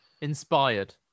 Inspired